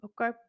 Okay